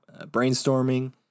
brainstorming